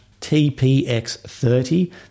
tpx30